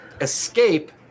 escape